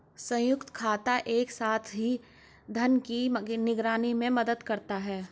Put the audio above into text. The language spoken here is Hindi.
संयुक्त खाता एक साथ धन की निगरानी में मदद करता है